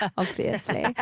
obviously.